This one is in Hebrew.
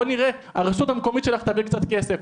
הרשות המקומית שלך תביא קצת כסף,